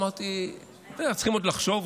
אמרתי: צריכים עוד לחשוב,